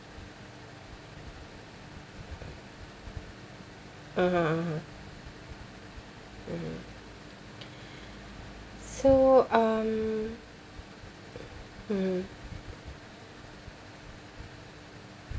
(uh huh) (uh huh) mmhmm so um mmhmm